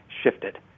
shifted